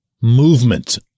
movement